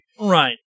Right